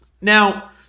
Now